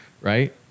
right